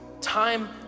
time